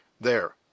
There